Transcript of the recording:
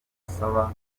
saba